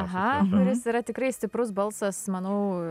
aha jis yra tikrai stiprus balsas manau